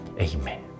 Amen